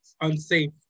unsafe